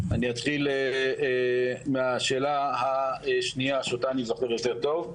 אני אתחיל מהשאלה השנייה שאותה אני זוכר יותר טוב,